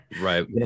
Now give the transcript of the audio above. right